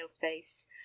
face